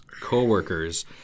co-workers